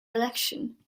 election